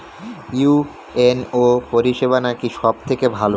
UNO পরিসেবা নাকি সব থেকে ভালো?